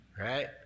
right